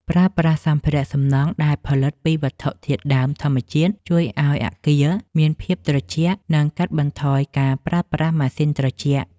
ប្រើប្រាស់សម្ភារៈសំណង់ដែលផលិតពីវត្ថុធាតុដើមធម្មជាតិជួយឱ្យអគារមានភាពត្រជាក់ និង កាត់បន្ថយការប្រើប្រាស់ម៉ាស៊ីនត្រជាក់។